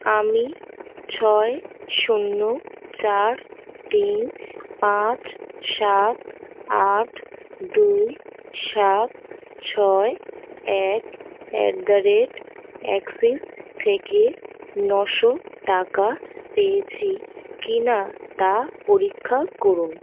আমি ছয় শূন্য চার তিন পাঁচ সাত আট দুই সাত ছয় এক অ্যাট দ্য রেট অ্যাক্সিস থেকে নয়শো টাকা পেয়েছি কিনা তা পরীক্ষা করুন